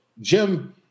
Jim